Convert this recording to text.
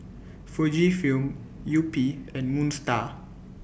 Fujifilm Yupi and Moon STAR